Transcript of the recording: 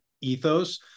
ethos